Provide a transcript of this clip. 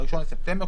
ל-1 בספטמבר.